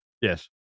Yes